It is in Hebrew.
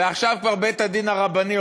ועכשיו כבר בית-הדין הרבני,